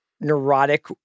neurotic